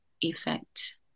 effect